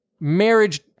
Marriage